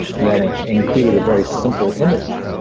that ah included a very simple image,